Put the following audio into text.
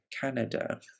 Canada